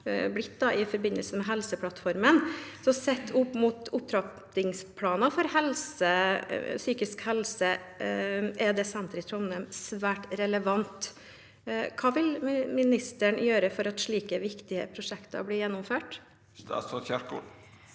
skjedd i forbindelse med Helseplattformen. Sett opp mot opptrappingsplanen for psykisk helse er det senteret i Trondheim svært relevant. Hva vil ministeren gjøre for at slike viktige prosjekter blir gjennomført? Statsråd Ingvild